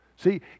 See